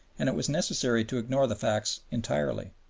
and it was necessary to ignore the facts entirely.